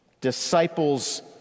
disciples